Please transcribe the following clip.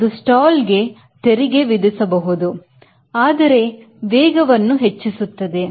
ಅದು stall ಗೆ ತೆರಿಗೆ ವಿಧಿಸಬಹುದು ಆದರೆ ವೇಗವನ್ನು ಹೆಚ್ಚಿಸುತ್ತದೆ